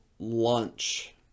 Lunch